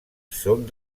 són